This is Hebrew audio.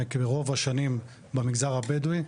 רוב השנים במגזר הבדואי.